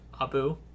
Abu